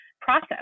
process